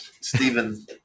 Stephen